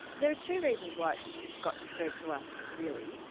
there are two reasons why it got referred to us, really.